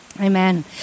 Amen